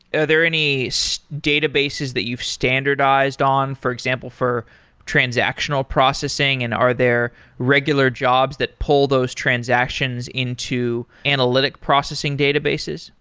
are there any so databases that you've standardized on? for example, for transactional processing? and are there regular jobs that pull those transactions into analytic processing databases?